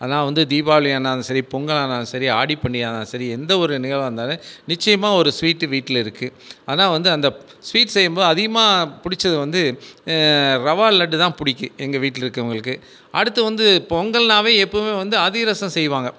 அதனால் வந்து தீபாவளி ஆனாலும் சரி பொங்கலாக ஆனாலும் சரி ஆடி பண்டிகையாக ஆனாலும் சரி எந்த ஒரு நிகழ்வாக இருந்தாலும் நிச்சியமா ஒரு ஸ்வீட்டு வீட்டில் இருக்குது ஆனால் வந்து அந்த ஸ்வீட் செய்யும்போது அதிகமாக பிடிச்சது வந்து ரவா லட்டு தான் பிடிக்கும் எங்கள் வீட்டில் இருக்கறவங்களுக்கு அடுத்து வந்து பொங்கல்னாவே எப்போதுமே வந்து அதிரசம் செய்வாங்க